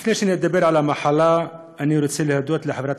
לפני שנדבר על המחלה אני רוצה להודות לחברת